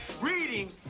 reading